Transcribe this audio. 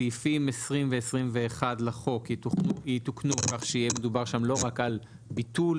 סעיפים 20 ו-21 לחוק יתוקנו כך שיהיה מדובר שם לא רק על ביטול,